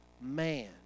man